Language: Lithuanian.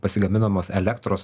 pasigaminamos elektros